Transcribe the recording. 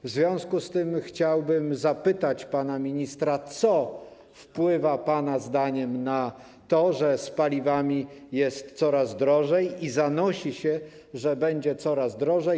W związku z tym chciałbym zapytać pana ministra: Co wpływa pana zdaniem na to, że z paliwami jest coraz drożej i zanosi się, że będzie coraz drożej?